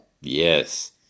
yes